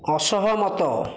ଅସହମତ